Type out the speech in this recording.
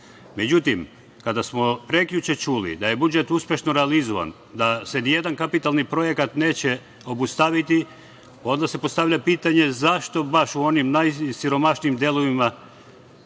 budžeta.Međutim, kada smo prekjuče čuli da je budžet uspešno realizovan da se ni jedan kapitalni projekat neće obustaviti onda se postavlja pitanje – zašto baš u onim najsiromašnijim delovima